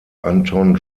anton